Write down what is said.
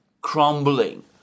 crumbling